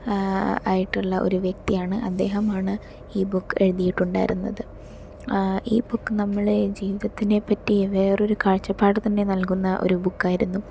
ആയിട്ടുള്ള വ്യക്തിയാണ് അദ്ദേഹമാണ് ഈ ബുക്ക് എഴുതിയിട്ടുണ്ടായിരുന്നത് ഈ ബുക്ക് നമ്മളെ ജീവിതത്തിനെപറ്റി വേറൊരു കാഴ്ചപാടുതന്നെ നൽകുന്ന ഒരു ബുക്കായിരുന്നു